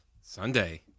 Sunday